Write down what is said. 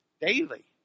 daily